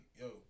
yo